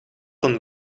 een